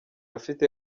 afite